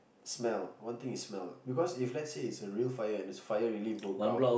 smell one thing is smell because if let's say it's a real fire and the fire really broke out